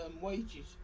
wages